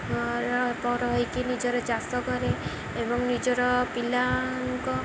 ପର ହେଇକି ନିଜର ଚାଷ କରେ ଏବଂ ନିଜର ପିଲାଙ୍କ